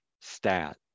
stat